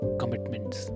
commitments